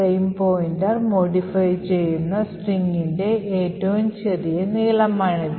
frame pointer modify ചെയ്യുന്ന സ്ട്രിംഗിന്റെ ഏറ്റവും ചെറിയ നീളമാണിത്